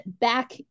back